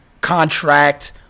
contract